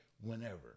whenever